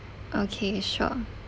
okay sure